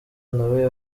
nawe